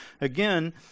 again